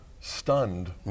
stunned